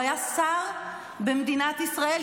הוא היה שר במדינת ישראל.